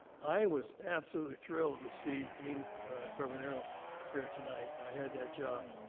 i was absolutely thrilled to see dean carbonaro here tonight. i had that job.